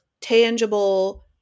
tangible